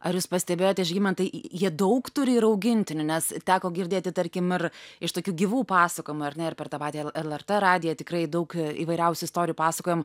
ar jūs pastebėjote žygimantai jie daug turi ir augintinių nes teko girdėti tarkim ir iš tokių gyvų pasakojimų ar ne ir per tą patį lrt radiją tikrai daug įvairiausių istorijų pasakojam